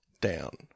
down